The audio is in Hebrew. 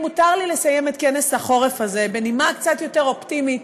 אם מותר לי לסיים את כנס החורף הזה בנימה קצת יותר אופטימית,